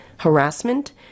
harassment